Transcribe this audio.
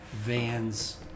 Vans